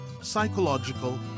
psychological